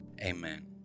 Amen